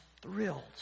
thrilled